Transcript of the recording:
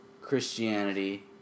Christianity